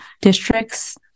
districts